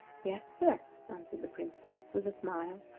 yes, sir, answered the princess, with a smile,